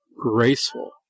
graceful